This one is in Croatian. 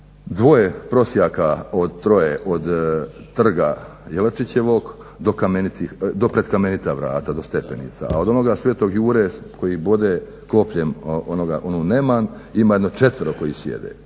dvoje prosjaka, od troje od trga Jelačićevog do kamenitih, do pred kamenita vrata, do stepenica, a od onoga sv. Jure koji bode kopljem onu neman ima jedno četvero koji sjede.